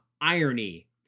irony